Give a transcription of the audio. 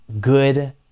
good